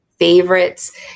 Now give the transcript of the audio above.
favorites